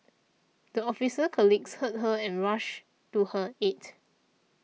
the officer colleagues heard her and rushed to her aid